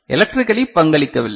electrically பங்களிக்கவில்லை